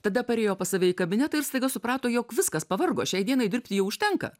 tada parėjo pas save į kabinetą ir staiga suprato jog viskas pavargo šiai dienai dirbti jau užtenka